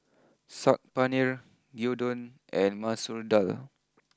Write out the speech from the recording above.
Saag Paneer Gyudon and Masoor Dal